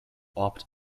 opt